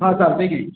हां चालत आहे की